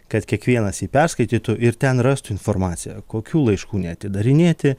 kad kiekvienas jį perskaitytų ir ten rastų informaciją kokių laiškų neatidarinėti